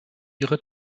ihre